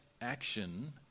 action